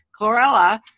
Chlorella